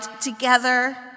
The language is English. together